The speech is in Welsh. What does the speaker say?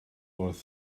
wrth